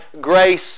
grace